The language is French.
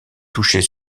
toucher